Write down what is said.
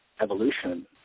Evolution